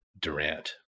Durant